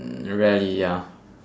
mm rarely ya